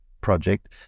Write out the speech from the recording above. project